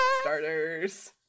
starters